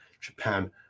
Japan